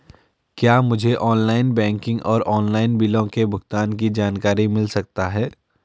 क्या मुझे online banking और ऑनलाइन बिलों के भुगतान की जानकारी मिल सकता है?